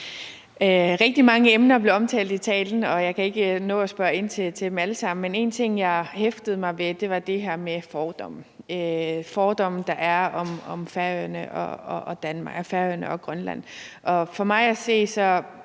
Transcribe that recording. Rigtig mange emner blev omtalt i talen, og jeg kan ikke nå at spørge ind til dem alle sammen, men en ting, jeg hæftede mig ved, var det her med de fordomme, der er om Færøerne og Grønland. For mig at se er